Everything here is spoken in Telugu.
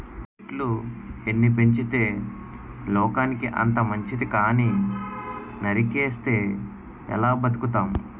చెట్లు ఎన్ని పెంచితే లోకానికి అంత మంచితి కానీ నరికిస్తే ఎలా బతుకుతాం?